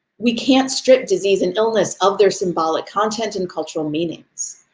we can't strip disease and illness of their symbolic content and cultural meanings.